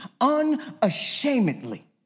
unashamedly